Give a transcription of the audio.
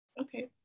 okay